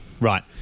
Right